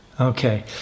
Okay